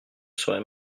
serai